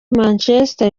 manchester